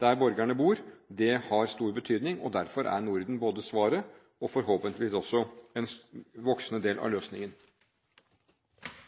der borgerne bor, har stor betydning. Derfor er Norden både svaret og – forhåpentligvis også – en voksende del av løsningen.